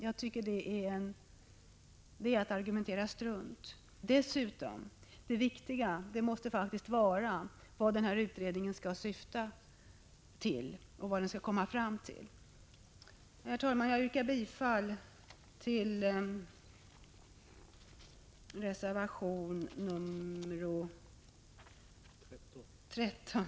Detta är att argumentera strunt. Det viktiga måste vara vad utredningen skall komma fram till. Herr talman! Jag yrkar bifall till reservation nr 13.